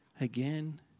again